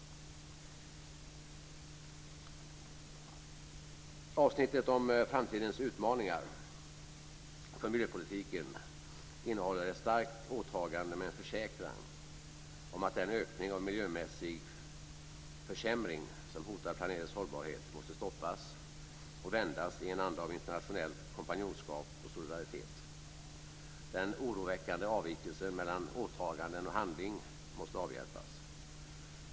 Avsnittet om framtidens utmaningar för miljöpolitiken innehåller ett viktigt åtagande och en försäkran om att den ökade miljöförstöring som hotar planetens hållbarhet ska stoppas och vändas i en anda av internationellt kompanjonskap och solidaritet. Den oroväckande avvikelsen mellan åtaganden och handling måste avhjälpas.